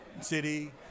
city